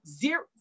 zero